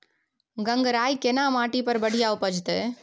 गंगराय केना माटी पर बढ़िया उपजते?